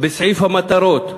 בסעיף המטרות,